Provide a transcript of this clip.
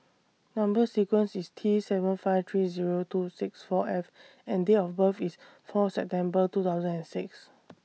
Number sequence IS T seven five three Zero two six four F and Date of birth IS four September two thousand and six